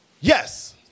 Yes